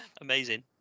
Amazing